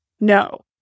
no